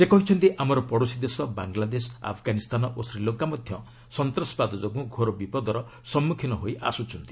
ସେ କହିଛନ୍ତି ଆମର ପଡ଼ୋଶୀ ଦେଶ ବାଂଲାଦେଶ ଆଫଗାନିସ୍ତାନ ଓ ଶ୍ରୀଲଙ୍କା ମଧ୍ୟ ସନ୍ତାସବାଦ ଯୋଗୁଁ ଘୋର ବିପଦର ସମ୍ମୁଖୀନ ହୋଇ ଆସୁଛନ୍ତି